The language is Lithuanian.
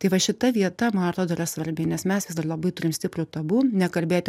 tai va šita vieta man atrodo yra svarbi nes mes vis dar labai turim stiprių tabu nekalbėti